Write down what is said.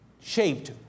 shaped